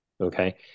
Okay